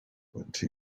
into